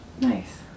Nice